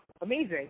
amazing